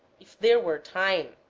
if there were time.